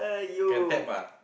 can tap ah